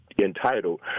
entitled